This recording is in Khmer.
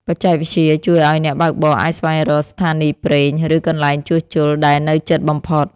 បច្ចេកវិទ្យាជួយឱ្យអ្នកបើកបរអាចស្វែងរកស្ថានីយ៍ប្រេង ឬកន្លែងជួសជុលដែលនៅជិតបំផុត។